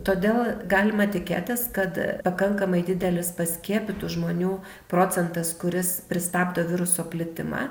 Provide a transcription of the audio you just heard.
todėl galima tikėtis kad pakankamai didelis paskiepytų žmonių procentas kuris pristabdo viruso plitimą